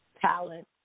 talent